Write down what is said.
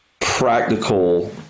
practical